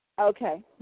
Okay